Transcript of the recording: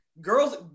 girls